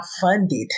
funded